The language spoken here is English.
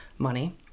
money